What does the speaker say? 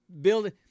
building